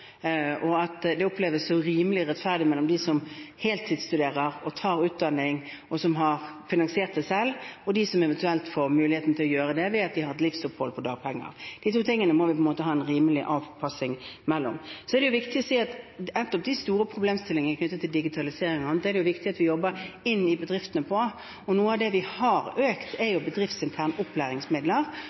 og at det oppleves rimelig og rettferdig blant dem som heltidsstuderer og tar utdanning, og som har finansiert det selv, og de som eventuelt får muligheten til å gjøre det ved at de har til livsopphold gjennom dagpenger. De to tingene må vi ha en rimelig avpassing mellom. Så er det viktig å si at nettopp de store problemstillingene knyttet til digitalisering og annet er det viktig at vi jobber med inn i bedriftene, og på noe av det vi har økt, er bedriftsinterne opplæringsmidler,